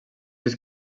sis